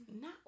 No